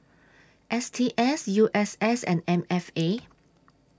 S T S U S S and M F A